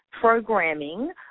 programming